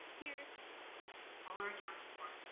here. all are accounted for.